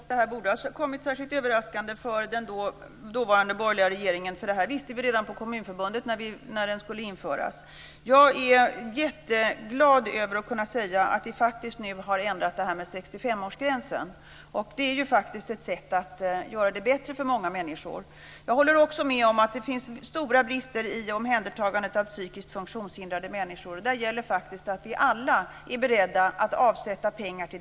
Fru talman! Detta borde inte ha kommit särskilt överraskande för den dåvarande borgerliga regeringen, för det här visste vi om på Kommunförbundet redan när det skulle införas. Jag är jätteglad över att kunna säga att vi nu har ändrat det här med 65-årsgränsen. Det är faktiskt ett sätt att göra det bättre för många människor. Vidare håller jag med om att det finns stora brister i fråga om omhändertagandet av psykiskt funktionshindrade människor. Där gäller det att vi alla är beredda att avsätta pengar.